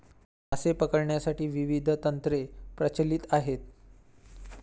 मासे पकडण्यासाठी विविध तंत्रे प्रचलित आहेत